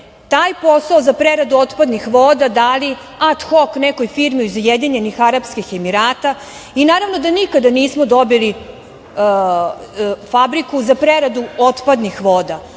taj posao za preradu otpadnih voda dali ad hok nekoj firmi iz Ujedinjenih Arapskih Emirata i naravno da nikada nismo dobili fabriku za preradu otpadnih voda,